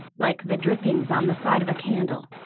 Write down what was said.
like the drippings on the side of a candle.